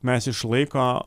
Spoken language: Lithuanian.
mes iš laiko